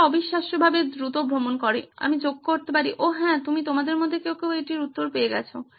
এটি অবিশ্বাস্যভাবে দ্রুত ভ্রমণ করে আমি যোগ করতে পারি ওহ হ্যাঁ তুমিতোমাদের মধ্যে কেউ কেউ এটির উত্তর পেয়ে গেছো